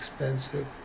expensive